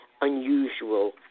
unusual